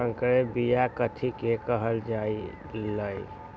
संकर बिया कथि के कहल जा लई?